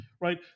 right